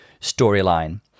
storyline